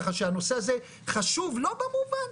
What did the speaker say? ככה שהנושא הזה חשוב לא במובן,